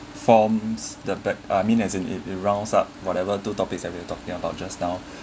forms the b~ I mean as in in rounds up whatever two topics have we talking about just now